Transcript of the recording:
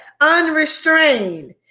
unrestrained